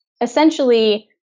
essentially